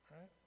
right